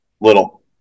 little